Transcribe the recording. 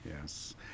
Yes